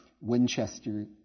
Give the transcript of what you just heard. Winchester